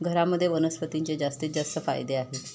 घरामध्ये वनस्पतींचे जास्तीत जास्त फायदे आहेत